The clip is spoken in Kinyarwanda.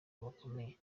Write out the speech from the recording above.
bakomeye